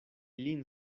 lin